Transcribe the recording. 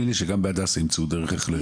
לי שגם בהדסה ימצאו דרך להגדיל את זה.